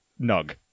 Nug